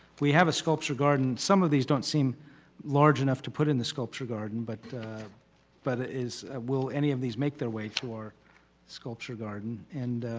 we have a sculpture garden, some of these don't seem large enough to put in the sculpture garden but but ah is will any of these make their way through our sculpture garden and